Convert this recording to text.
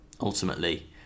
ultimately